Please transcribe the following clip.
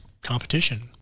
Competition